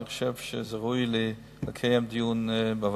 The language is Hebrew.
ואני חושב שראוי לקיים דיון על זה בוועדה.